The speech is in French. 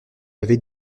avait